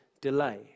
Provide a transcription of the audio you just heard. delay